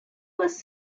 was